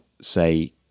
say